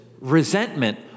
resentment